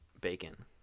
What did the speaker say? Bacon